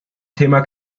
thema